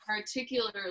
particularly